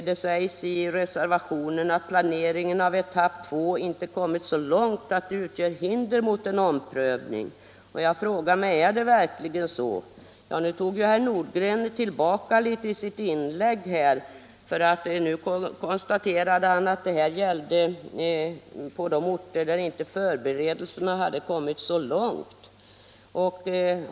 Det sägs i reservationen att planeringen av etapp 2 inte kommit så långt att det utgör hinder mot en omprövning. Är det verkligen så? I sitt inlägg här tog ju herr Nordgren tillbaka litet när han konstaterade att det endast var på vissa orter som förberedelsearbetet inte hade kommit så långt.